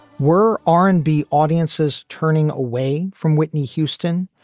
were r and b audiences turning away from whitney houston?